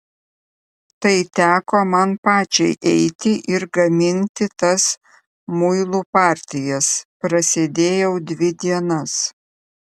tai teko man pačiai eiti ir gaminti tas muilų partijas prasėdėjau dvi dienas